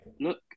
Look